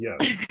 Yes